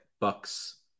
Bucks